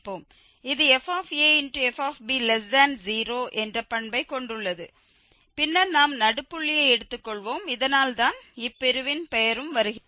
இது fafb0 என்ற பண்பைக் கொண்டுள்ளது பின்னர் நாம் நடுப்புள்ளியை எடுத்துக்கொள்வோம் இதனால்தான் இப்பிரிவின் பெயரும் வருகிறது